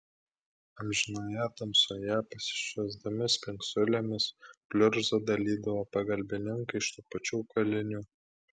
amžinoje tamsoje pasišviesdami spingsulėmis pliurzą dalydavo pagalbininkai iš tų pačių kalinių